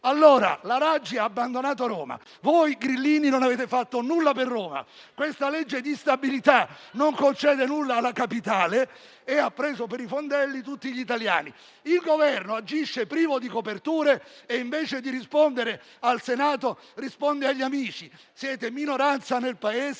La Raggi ha abbandonato Roma. Voi grillini non avete fatto nulla per Roma. Il disegno di legge di bilancio in discussione non concede nulla alla Capitale e ha preso per i fondelli tutti gli italiani. Il Governo agisce privo di coperture e, invece di rispondere al Senato, risponde agli amici. Siete minoranza nel Paese.